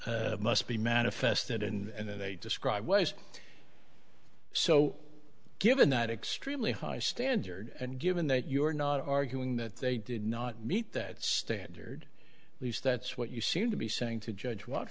damages must be manifested and they describe waste so given that extremely high standard and given that you're not arguing that they did not meet that standard at least that's what you seem to be saying to judge walke